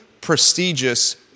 prestigious